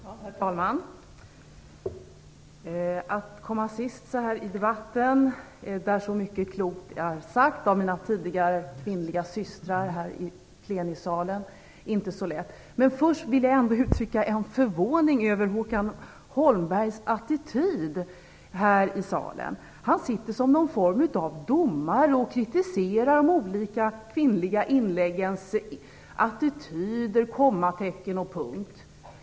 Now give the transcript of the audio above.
Herr talman! Att komma sist så här i debatten, där så mycket klokt är sagt av mina kvinnliga systrar här i plenisalen, är inte så lätt. Men först vill jag ändå uttrycka en förvåning över Håkan Holmbergs attityd här i salen. Han sitter som någon form av domare och kritiserar de olika kvinnliga inläggens attityder, kommatecken och punkt.